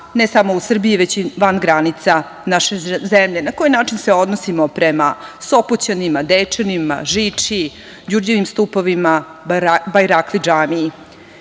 ne samo u Srbiji već i van granica naše zemlje, na koji način se odnosimo prema Sopoćanima, Dečanima, Žiči, Đurđevim Stupovima, Bajrakli